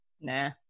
Nah